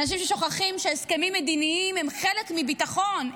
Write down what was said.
אנשים ששוכחים שהסכמים מדיניים הם חלק מביטחון,